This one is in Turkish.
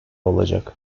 olacak